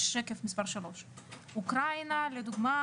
של שקף מספר 3. אוקראינה לדוגמה,